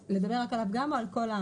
לדבר רק על הפגם או על הכל?